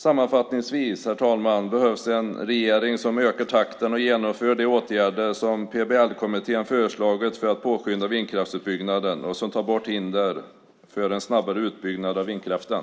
Sammanfattningsvis, herr talman, behövs en regering som ökar takten och genomför de åtgärder som PBL-kommittén föreslagit för att påskynda vindkraftsutbyggnaden och ta bort hindren för en snabbare utbyggnad av vindkraften.